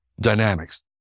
dynamics